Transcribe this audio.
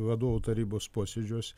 vadovų tarybos posėdžiuose